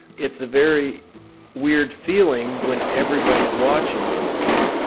it's a very weird feeling when everybody is watching you. and